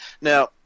Now